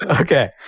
Okay